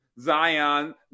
Zion